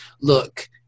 look